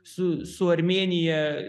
su su armėnija